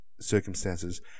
circumstances